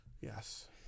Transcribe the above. Yes